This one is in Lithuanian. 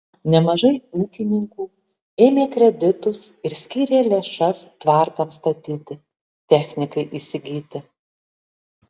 nemažai ūkininkų ėmė kreditus ir skyrė lėšas tvartams statyti technikai įsigyti